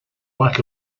lack